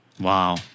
Wow